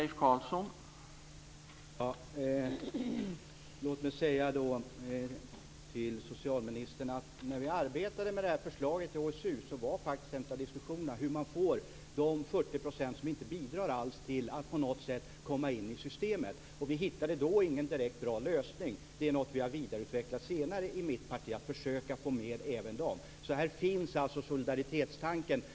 Herr talman! Jag vill säga till socialministern att när vi arbetade med det här förslaget i HSU gällde faktiskt en av diskussionerna hur man får de 40 % som inte alls bidrar att på något sätt komma in i systemet. Vi hittade då ingen direkt bra lösning, utan det är något som vi har utvecklat senare i vårt parti just för att försöka få med även nämnda grupp. Här finns alltså solidaritetstanken.